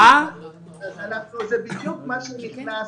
זה בדיוק מה שנכנס